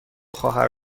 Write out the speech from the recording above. خواهر